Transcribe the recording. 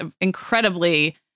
incredibly